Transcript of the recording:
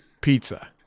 pizza